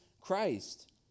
Christ